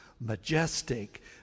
majestic